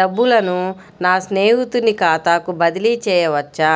డబ్బులను నా స్నేహితుని ఖాతాకు బదిలీ చేయవచ్చా?